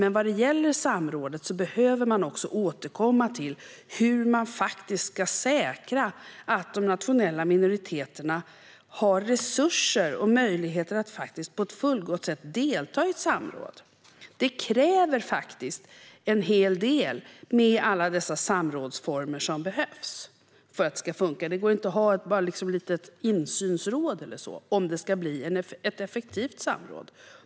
Men vad gäller samrådet behöver man också återkomma till hur man ska säkra att de nationella minoriteterna har resurser och möjligheter att på ett fullgott sätt delta i ett samråd. Det krävs faktiskt en hel del för att alla dessa samrådsformer ska funka. Det går inte att bara ha ett litet insynsråd eller så om det ska bli ett effektivt samråd.